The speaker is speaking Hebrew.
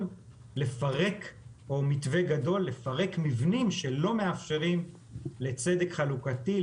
או מתווה גדול לפרק מבנים שלא מאפשרים לצדק חלוקתי,